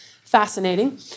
fascinating